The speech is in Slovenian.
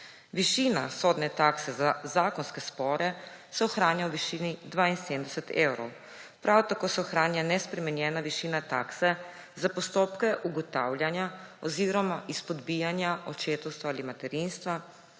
Višina sodne takse za zakonske spore se ohranja v višini 72 evrov. Prav tako se ohranja nespremenjena višina takse za postopke ugotavljanja oziroma izpodbijanja očetovstva ali materinstva